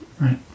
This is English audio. Right